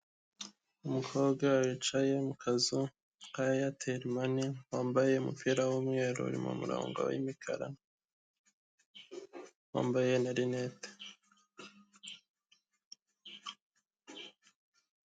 Umukobwa aricaye mu kazu ka eyateri mani, wambaye umupira w'umweru urimo imirongo w'imikara, wambaye na rinete.